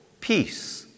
peace